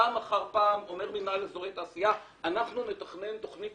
פעם אחר פעם אומר מינהל אזורי תעשייה שאנחנו נתכנן תוכנית